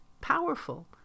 powerful